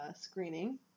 screening